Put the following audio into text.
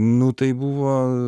nu tai buvo